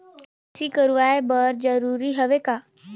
KYC कराय बर जरूरी हवे का?